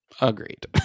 Agreed